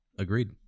Agreed